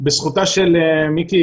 בזכותה של מיקי,